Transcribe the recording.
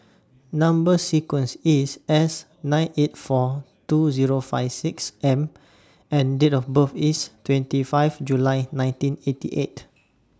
Number sequence IS S nine eight four two Zero five six M and Date of birth IS twenty five July nineteen eighty eight